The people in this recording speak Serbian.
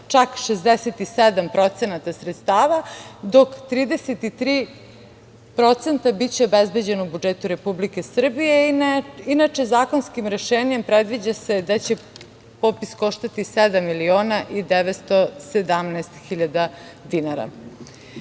čak 67% sredstava, dok 33% biće obezbeđeno u budžetu Republike Srbije. Inače, zakonskim rešenjem predviđa se da će popis koštati 7.917.000 dinara. Ono